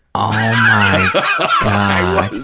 oh, i,